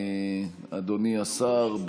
אדוני השר,